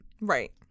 Right